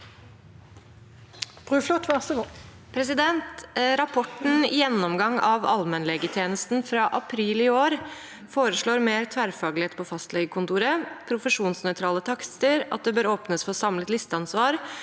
Rapporten Gjen- nomgang av allmennlegetjenesten, fra april i år, foreslår mer tverrfaglighet på fastlegekontoret, profesjonsnøytrale takster, at det bør åpnes for samlet listeansvar,